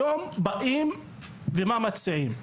היום באים ומציעים,